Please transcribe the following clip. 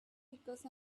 because